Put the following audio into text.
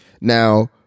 Now